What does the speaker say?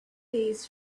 days